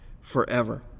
forever